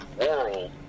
world